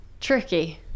Tricky